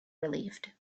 relieved